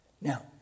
Now